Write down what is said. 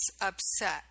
upset